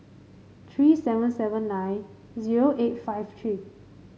three seven seven nine zero eight five three